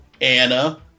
Anna